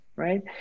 right